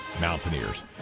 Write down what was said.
Mountaineers